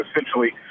essentially